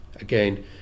Again